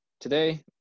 Today